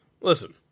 Listen